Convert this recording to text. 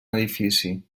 edifici